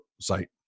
site